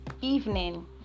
evening